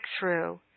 breakthrough